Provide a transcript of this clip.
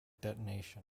detonation